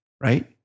right